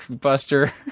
buster